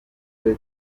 kuri